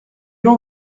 l’on